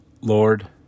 Lord